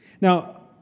Now